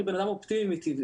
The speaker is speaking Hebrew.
אני בן אדם אופטימי מטבעי,